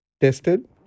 tested